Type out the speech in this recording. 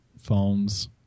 phones